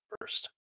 first